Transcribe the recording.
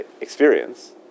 experience